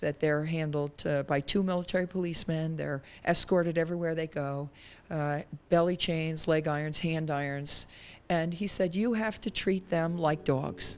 that they're handled by two military policeman they're escorted everywhere they go belly chains leg irons hand irons and he said you have to treat them like